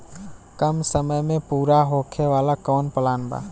कम समय में पूरा होखे वाला कवन प्लान बा?